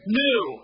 new